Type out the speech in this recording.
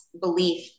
belief